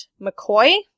McCoy